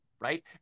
right